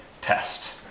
test